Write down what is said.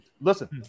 Listen